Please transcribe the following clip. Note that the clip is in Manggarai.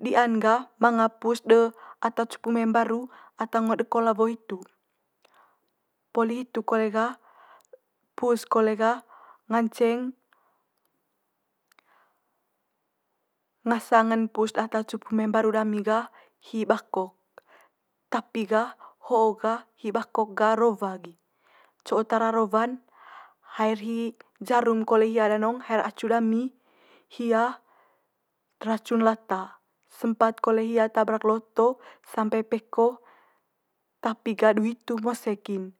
Di'an gah manga pus de ata cupu mai mbaru ata ngo deko lawo hitu. Poli hitu kole gah, pus kole gah nganceng ngasang'n pus data cupu mai mbaru dami gah hi bakok. Tapi gah ho'o gah hi bakok gah rowa gi. Co tara rowa'n haer hi jarum kole hia danong haer acu dami, hia racun lata. Sempat kole hia tabrak le oto sampe peko, tapi gah du hitu mose kin.